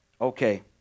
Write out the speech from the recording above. Okay